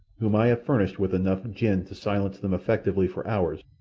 whom i have furnished with enough gin to silence them effectually for hours,